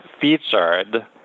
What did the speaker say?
featured